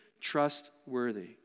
trustworthy